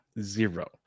zero